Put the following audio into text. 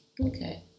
Okay